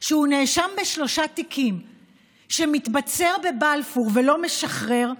שנאשם בשלושה תיקים ומתבצר בבלפור ולא משחרר,